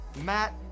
Matt